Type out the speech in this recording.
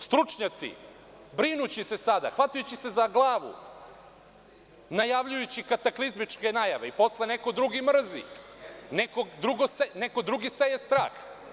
Stručnjaci, brinuće se sada, hvatajući se za glavu, najavljujući kataklizmičke najave i posle neko drugi mrzi, neko drugi seje strah.